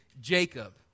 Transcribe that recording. Jacob